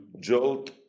jolt